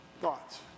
thoughts